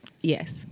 Yes